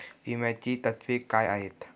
विम्याची तत्वे काय आहेत?